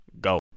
go